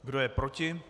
Kdo je proti?